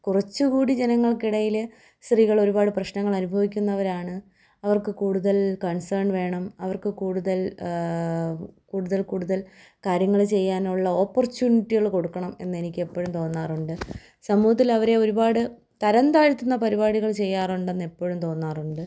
കുറച്ചുകൂടി ജനങ്ങൾക്കിടയിലെ സ്ത്രീകൾ ഒരുപാട് പ്രശ്നങ്ങൾ അനുഭവിക്കുന്നവരാണ് അവർക്ക് കൂടുതൽ കൺസേൺ വേണം അവർക്ക് കൂടുതൽ കൂടുതൽ കൂടുതൽ കാര്യങ്ങൾ ചെയ്യാൻ ഉള്ള ഒപ്പോർച്ചുണിറ്റികൾ കൊടുക്കണം എന്ന് എനിക്ക് എപ്പോഴും തോന്നാറുണ്ട് സമൂഹത്തിൽ അവരെ ഒരുപാട് തരം താഴ്ത്തുന്ന പരിപാടികൾ ചെയ്യാറുണ്ടെന്ന് എപ്പോഴും തോന്നാറുണ്ട്